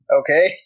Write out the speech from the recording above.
Okay